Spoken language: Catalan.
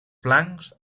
blancs